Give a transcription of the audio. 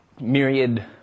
myriad